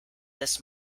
this